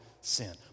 sin